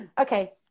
Okay